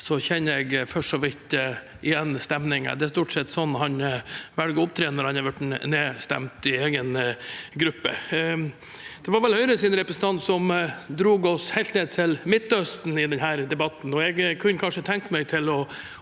kjenner jeg for så vidt igjen stemningen. Det er stort sett sånn han velger å opptre når han er blitt nedstemt i sin egen gruppe. Det var vel Høyres representant som dro oss helt ned til Midtøsten i denne debatten. Jeg kunne kanskje tenke meg å